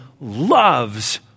loves